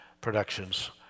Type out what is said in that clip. productions